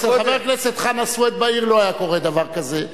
אצל חבר הכנסת חנא סוייד בעיר לא היה קורה דבר כזה,